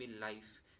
life